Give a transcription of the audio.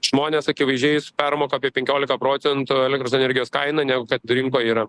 žmonės akivaizdžiai permoka apie penkiolika procentų elektros energijos kainą negu kad rinkoj yra